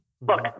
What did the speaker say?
Look